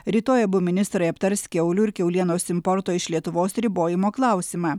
rytoj abu ministrai aptars kiaulių ir kiaulienos importo iš lietuvos ribojimo klausimą